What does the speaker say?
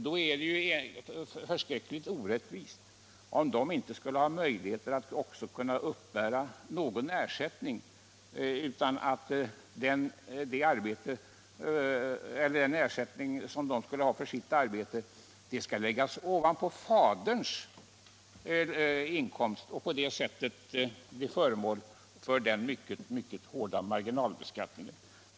Då är det förskräckligt orättvist om de inte skulle ha möjlighet att uppbära någon ersättning, utan ersättningen för deras arbete skulle läggas ovanpå faderns inkomst och på det sättet bli föremål för en mycket hård marginalbeskattning.